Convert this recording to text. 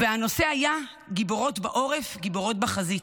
הנושא היה: גיבורות בעורף, גיבורות בחזית.